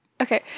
Okay